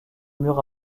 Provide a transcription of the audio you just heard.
mur